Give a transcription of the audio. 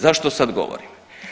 Zašto sad govorim?